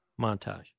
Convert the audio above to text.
Montage